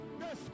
Yes